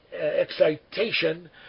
excitation